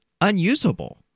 unusable